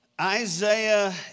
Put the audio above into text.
Isaiah